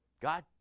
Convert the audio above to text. God